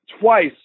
twice